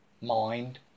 mind